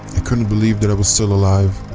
ah couldn't believe that i was still alive.